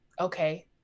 Okay